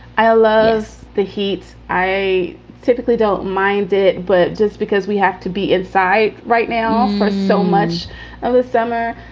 i love the heat. i typically don't mind it. but just because we have to be inside right now for so much of the summer,